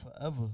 forever